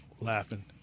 laughing